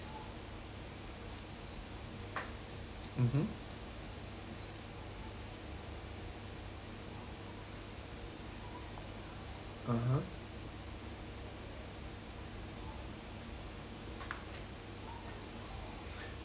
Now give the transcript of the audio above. mmhmm (uh huh)